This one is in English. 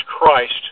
Christ